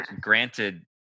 granted